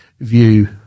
view